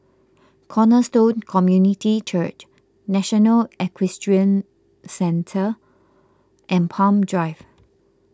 Cornerstone Community Church National Equestrian Centre and Palm Drive